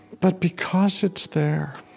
but because it's there,